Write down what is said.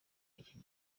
iki